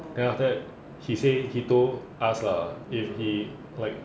then after that he say he told us lah if he like